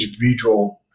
individual